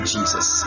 Jesus